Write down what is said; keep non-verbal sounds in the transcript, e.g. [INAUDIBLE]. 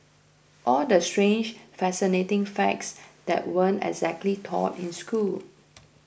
all the strange fascinating facts that weren't exactly taught in school [NOISE]